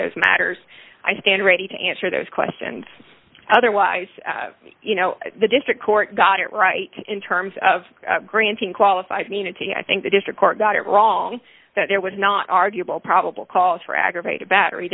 those matters i stand ready to answer those questions otherwise the district court got it right in terms of granting qualified immunity i think the district court got it wrong that there was not arguable probable cause for aggravated battery